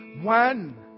One